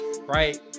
right